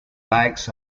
likes